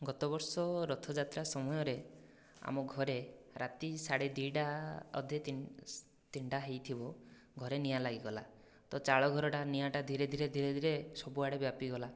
ଗତ ବର୍ଷ ରଥଯାତ୍ରା ସମୟରେ ଆମ ଘରେ ରାତି ସାଢ଼େ ଦି ଟା ଅଧେ ତିନିଟା ହୋଇଥିବ ଘରେ ନିଆଁ ଲାଗିଗଲା ତ ଚାଳଘରଟା ନିଆଁଟା ଧୀରେ ଧୀରେ ଧୀରେ ଧୀରେ ସବୁଆଡ଼େ ବ୍ୟାପିଗଲା